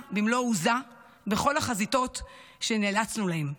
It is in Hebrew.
במלוא עוזה בכל החזיתות שנאלצנו להן.